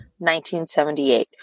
1978